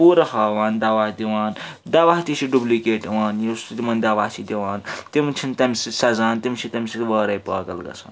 پوٗرٕ ہاوان دَوا دِوان دَوا تہِ چھِ ڈُبلِکیٹ یِوان یُس تِمَن دَوا چھِ دِوان تِم چھِنہٕ تمہِ سۭتۍ سَزان تِم چھِ تمہِ سۭتۍ وارے پٲگل گَژھان